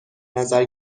نظر